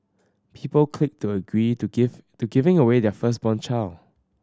people clicked agree to give to giving away their firstborn child